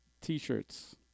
t-shirts